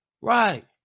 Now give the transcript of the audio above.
Right